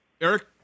Eric